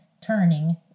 turning